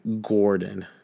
Gordon